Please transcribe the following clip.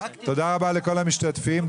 תודה רבה לכל המשתתפים.